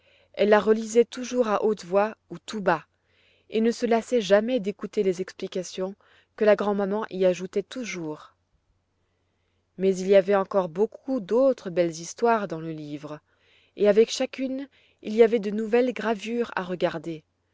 elle la relisait toujours à haute voix ou tout bas et ne se lassait jamais d'écouter les explications que la grand'maman y ajoutait toujours mais il y avait encore beaucoup d'autres belles histoires dans le livre et avec chacune il y avait de nouvelles gravures à regarder